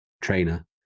trainer